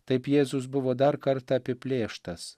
taip jėzus buvo dar kartą apiplėštas